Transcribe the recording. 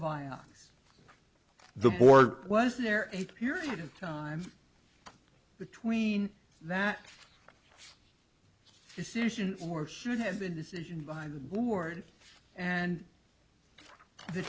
vioxx the board was there a period of time between that decision or should have been a decision by the board and the